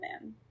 Man